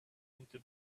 into